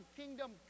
kingdom